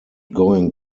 going